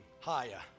higher